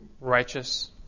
righteous